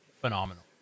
phenomenal